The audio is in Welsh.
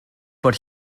bod